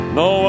no